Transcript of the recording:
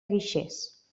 guixers